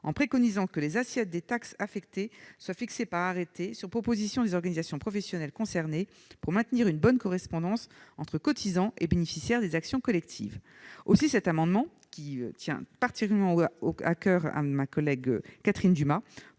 en préconisant que les assiettes des taxes affectées soient fixées par arrêté pris sur proposition des organisations professionnelles concernées pour maintenir une bonne correspondance entre cotisants et bénéficiaires des actions collectives. Cet amendement, qui tient particulièrement à coeur à ma collègue Catherine Dumas,